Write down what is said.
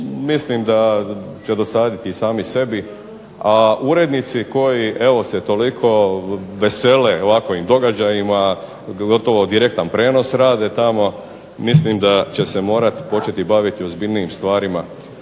mislim da će dosaditi sami sebi, a urednici koji evo se toliko vesele ovakvim događajima gotovo direktan prijenos rade tamo, mislim da će se morati početi baviti ozbiljnijim stvarima.